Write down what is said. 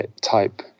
type